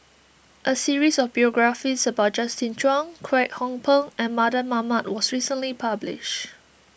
a series of biographies about Justin Zhuang Kwek Hong Png and Mardan Mamat was recently published